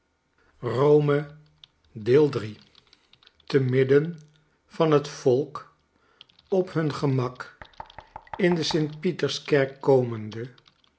te midden van het volk op hun gemak in de st pieterskerk komende